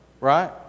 Right